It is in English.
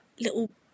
Little